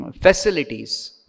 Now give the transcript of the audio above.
facilities